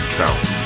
count